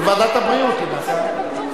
ועדת הבריאות, למעשה.